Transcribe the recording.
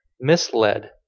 misled